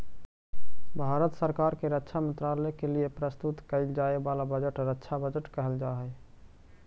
भारत सरकार के रक्षा मंत्रालय के लिए प्रस्तुत कईल जाए वाला बजट रक्षा बजट कहल जा हई